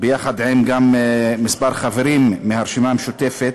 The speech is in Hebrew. ביחד עם כמה חברים מהרשימה המשותפת,